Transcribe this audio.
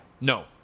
no